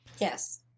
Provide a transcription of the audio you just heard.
Yes